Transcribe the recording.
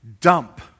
dump